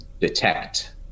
detect